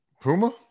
Puma